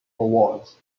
awards